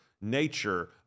nature